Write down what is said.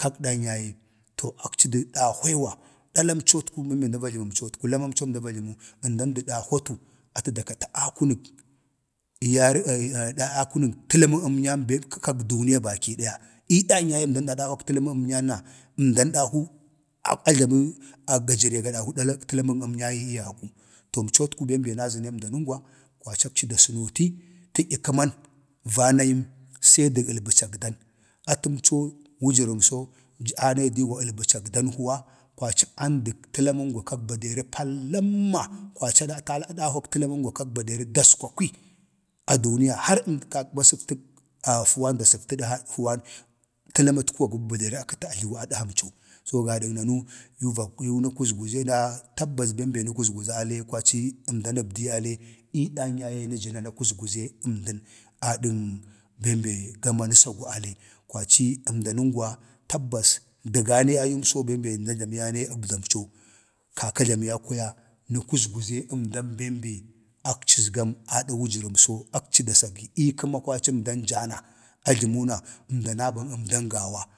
kag don ya ye to akci da dahwewa dalamcotku təlaməmco əmda va jləmumcotku, əmdan də dahwatu atə da kati akunək akunək təlamən əmnyan be ata kak duniya adahwak talamən əmnyana, əmdan dahu ajləmə ga jəre ga dahwa talamən əmnyayi ii gaku, to əmcotku bem be nazəne əmdanəngwa kwaci akci da sənooti tədyək kəman, vanayəm se dəg albəcən dan, atəmco wujərəmso anayi diiwa əlbəcak dan huwa, kwaci andək təlaməngwa kak baderi palamma kwaci atə adahwak təlaməngwa kag baderi daskwakwi a duniya har əmda ta səfta fuwan da səfta fuwan təlamtkuwa kag baderi atə a jluwii adhamco. to gadak nanu yu va, yu nəkuzguza na tabbas bem be nəkuzguza ale kwaci bem be əmdan əbdii y ale ii dan yaye nəjə na na kuzguze əmdan adən bem be gama nəsagu ale. kwaci əmda nəngwa də gane yuu bem be əmda jlamiyane əbdamco, kaka jlama yau kwaya na kuzguze əmdan bem be akci əzgam adan wujərəmso, akci da sagi ii kəma kwaci əmdan jaa na ajlamu na əmdan jaa na a jlamu na əmdan aban əmdan gawa,